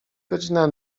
godzina